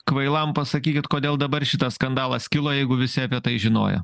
kvailam pasakykit kodėl dabar šitas skandalas kilo jeigu visi apie tai žinojo